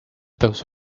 those